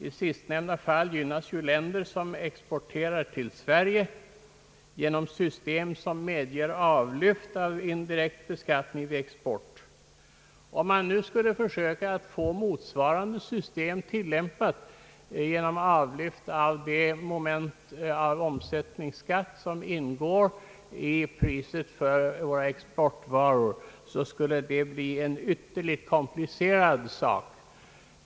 I sistnämnda fall gynnas länder som exporterar till Sverige genom system som medger avlyft av indirekt beskattning vid export. Om man skulle försöka tillämpa motsvarande system med avlyft av de moment av omsättningsskatten som ingår i priset för våra exportvaror, skulle detta bli en ytterligt komplicerad sak.